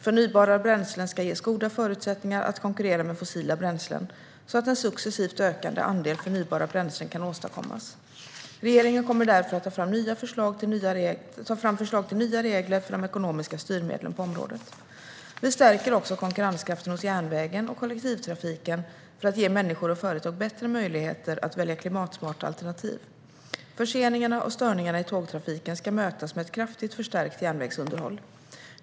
Förnybara bränslen ska ges goda förutsättningar att konkurrera med fossila bränslen, så att en successivt ökande andel förnybara bränslen kan åstadkommas. Regeringen kommer därför att ta fram förslag till nya regler för de ekonomiska styrmedlen på området. Vi stärker också konkurrenskraften hos järnvägen och kollektivtrafiken för att ge människor och företag bättre möjligheter att välja klimatsmarta alternativ. Förseningarna och störningarna i tågtrafiken ska mötas med ett kraftigt förstärkt järnvägsunderhåll.